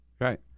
right